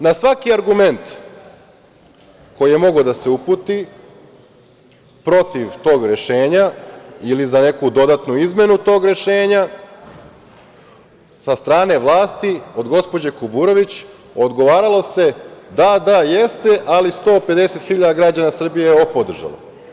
Na svaki argument koji je mogao da se uputi protiv tog rešenja ili za neku dodatnu izmenu tog rešenja, sa strane vlasti, od gospođe Kuburović, odgovaralo se – da, da, jeste, ali 150.000 građana Srbije je ovo podržalo.